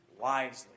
wisely